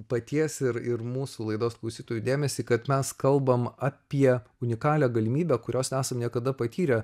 paties ir ir mūsų laidos klausytojų dėmesį kad mes kalbame apie unikalią galimybę kurios nesam niekada patyrę